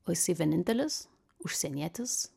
o jisai vienintelis užsienietis